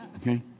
Okay